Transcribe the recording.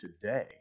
today